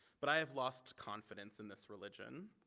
but i have lost confidence in this religion.